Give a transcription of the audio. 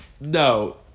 No